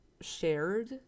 shared